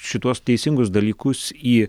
šituos teisingus dalykus į